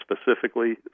specifically